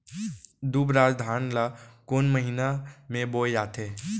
दुबराज धान ला कोन महीना में बोये जाथे?